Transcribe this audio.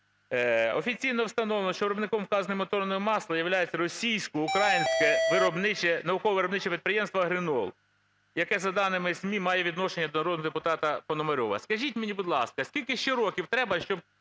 Офіційно встановлено, що виробником вказаного моторного масла являється російсько-українське наукове виробниче підприємство "Агрінол", яке, за даними ЗМІ, має відношення до народного депутата Пономарьова. Скажіть мені, будь ласка, скільки ще років треба, щоб